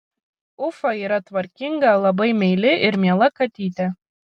ufa yra tvarkinga labai meili ir miela katytė